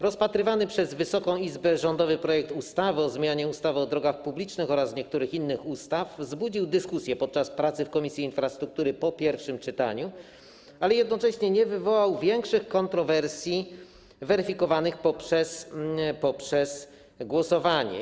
Rozpatrywany przez Wysoką Izbę rządowy projekt ustawy o zmianie ustawy o drogach publicznych oraz niektórych innych ustaw wzbudził dyskusję podczas pracy w Komisji Infrastruktury po pierwszym czytaniu, ale jednocześnie nie wywołał większych kontrowersji weryfikowanych poprzez głosowanie.